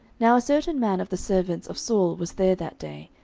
now a certain man of the servants of saul was there that day,